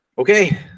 Okay